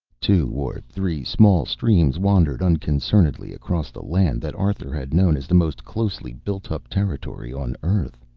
two or three small streams wandered unconcernedly across the land that arthur had known as the most closely built-up territory on earth.